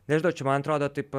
nežinočiau čia man atrodo taip